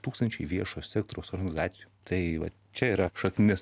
tūkstančiai viešo sektoriaus organizacijų tai vat čia yra šaknis